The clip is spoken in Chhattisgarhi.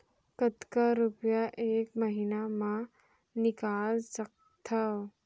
कतका रुपिया एक महीना म निकाल सकथव?